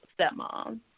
stepmom